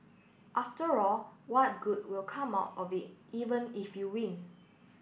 after all what good will come out of it even if you win